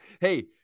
hey